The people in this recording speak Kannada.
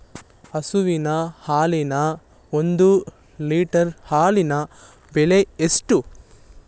ಹಸುವಿನ ಹಾಲಿನ ಒಂದು ಲೀಟರ್ ಹಾಲಿನ ಬೆಲೆ ಎಷ್ಟು?